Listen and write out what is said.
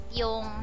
yung